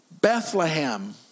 Bethlehem